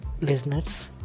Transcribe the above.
listeners